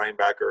linebacker